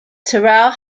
terrell